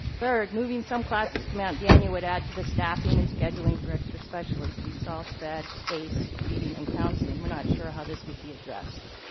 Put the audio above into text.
third. moving some classes to mount daniel would add to the staffing and scheduling for extra specialist, esol, sped, ace reading and counseling. we're not sure how this would be addressed.